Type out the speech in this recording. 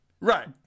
Right